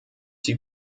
sie